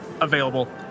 available